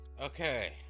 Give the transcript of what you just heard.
Okay